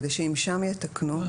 כדי שאם שם יתקנו,